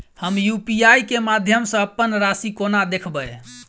हम यु.पी.आई केँ माध्यम सँ अप्पन राशि कोना देखबै?